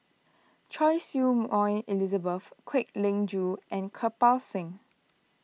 Choy Su Moi Elizabeth Kwek Leng Joo and Kirpal Singh